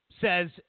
says